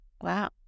Wow